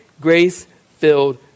Grace-Filled